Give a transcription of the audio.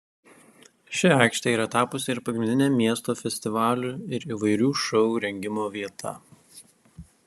ši aikštė yra tapusi ir pagrindine miesto festivalių ir įvairių šou rengimo vieta